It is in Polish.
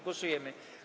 Głosujemy.